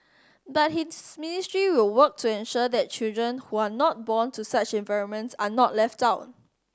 but his ministry will work to ensure that children who are not born to such environments are not left out